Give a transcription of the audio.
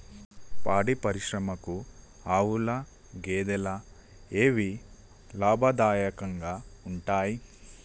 పాడి పరిశ్రమకు ఆవుల, గేదెల ఏవి లాభదాయకంగా ఉంటయ్?